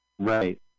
Right